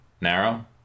narrow